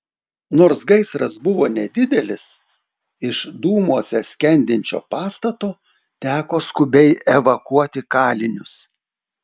nors gaisras buvo nedidelis iš dūmuose skendinčio pastato teko skubiai evakuoti kalinius